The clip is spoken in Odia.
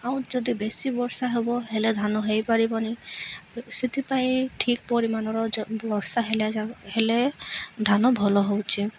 ଆଉ ଯଦି ବେଶୀ ବର୍ଷା ହବ ହେଲେ ଧାନ ହେଇପାରିବନି ସେଥିପାଇଁ ଠିକ୍ ପରିମାଣର ବର୍ଷା ହେଲେ ହେଲେ ଧାନ ଭଲ ହଉଛି